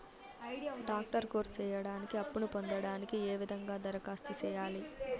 Doctor course సేయడానికి అప్పును పొందడానికి ఏ విధంగా దరఖాస్తు సేయాలి?